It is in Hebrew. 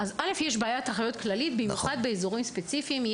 יש בעיית אחיות כללית במיוחד באזורים ספציפיים.